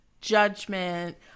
judgment